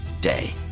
day